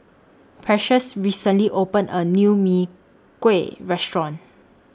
Precious recently opened A New Mee Kuah Restaurant